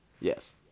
Yes